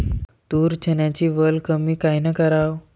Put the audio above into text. तूर, चन्याची वल कमी कायनं कराव?